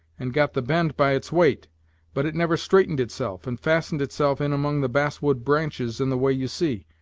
and got the bend by its weight but it never straightened itself, and fastened itself in among the bass-wood branches in the way you see.